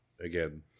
again